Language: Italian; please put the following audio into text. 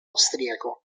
austriaco